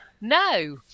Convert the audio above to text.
No